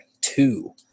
two